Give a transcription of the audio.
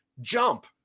jump